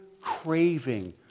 craving